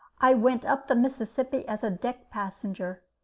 i went up the mississippi as a deck passenger,